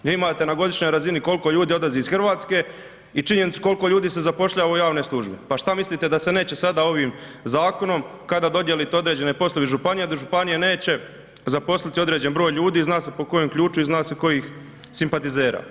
Gdje imate na godišnjoj razini koliko ljudi odlazi iz Hrvatske i činjenicu koliko se zapošljava u javne službe, pa šta mislite da se neće sada ovim zakonom kada dodijelite određene poslove županijama da županije neće zaposliti određen broj ljudi, zna se po kojem ključu i zna se kojih simpatizera.